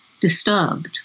disturbed